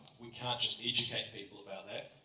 we can't just educate people about that.